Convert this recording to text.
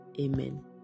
Amen